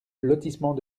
lotissement